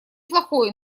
плохой